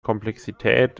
komplexität